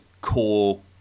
core